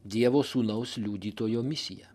dievo sūnaus liudytojo misiją